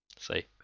See